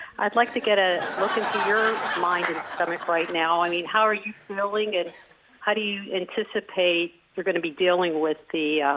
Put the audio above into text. i'd like to get a look into your mind and stomach right now, i mean, how are you feeling and how do you anticipate you're gonna be dealing with the